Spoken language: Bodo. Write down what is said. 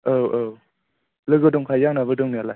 औ औ लोगो दंखायो आंनाबो दंनायालाय